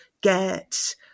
get